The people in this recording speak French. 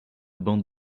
bandes